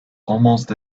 almost